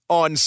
on